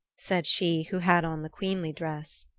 said she who had on the queenly dress.